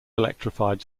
electrified